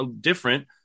different